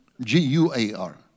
G-U-A-R